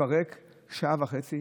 התפרק שעה וחצי